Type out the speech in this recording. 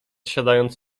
siadając